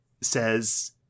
says